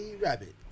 rabbit